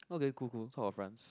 okay cool cool sort of friends